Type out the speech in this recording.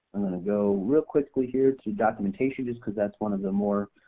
go real quickly here to documentation, this presents one of the more